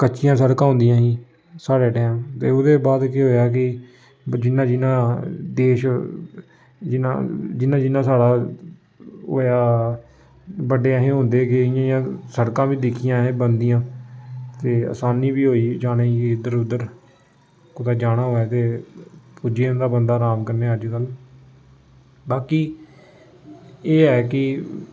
कच्चियां सड़कां होंदियां ही साढ़े टैम ते ओह्दे बाद केह् होएआ कि जिन्नां जिन्नां देश जिन्नां जिन्नां जिन्नां साढ़ा होएआ बड्डे अस होंदे गे इ'यां इ'यां सड़कां बी दिक्खियां असें बनदियां ते असानी बी होई जाने गी इद्धर उद्धर कुतै जाना होऐ ते पुज्जी जंदा बंदा अराम कन्नै अजकल्ल बाकी एह् ऐ कि